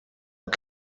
uko